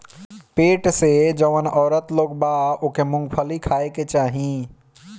पेट से जवन औरत लोग बा ओके मूंगफली खाए के चाही